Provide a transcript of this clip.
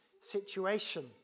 situation